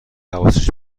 حواسش